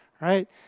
right